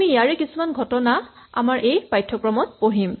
আমি ইয়াৰে কিছুমান ঘটনা আমাৰ এই পাঠ্যক্ৰমত পঢ়িম